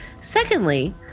Secondly